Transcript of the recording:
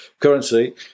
currency